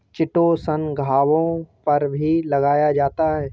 chitosan घावों पर भी लगाया जा सकता है